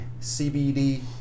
CBD